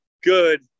good